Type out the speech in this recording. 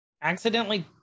accidentally